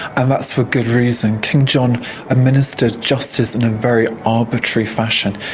and that's for good reason. king john administered justice in a very arbitrary fashion.